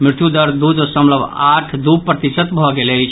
मृत्यु दर दू दशमलव आठ दू प्रतिशत भऽ गेल अछि